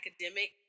academic